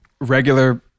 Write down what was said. regular